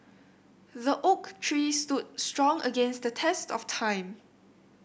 the oak tree stood strong against the test of time